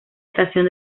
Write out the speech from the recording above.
estación